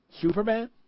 Superman